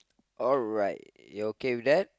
alright you okay with that